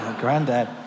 Granddad